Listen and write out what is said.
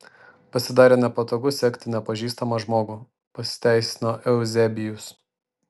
pasidarė nepatogu sekti nepažįstamą žmogų pasiteisino euzebijus